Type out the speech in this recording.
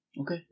okay